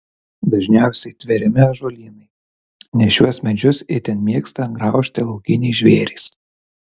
dažniausiai tveriami ąžuolynai nes šiuos medžius itin mėgsta graužti laukiniai žvėrys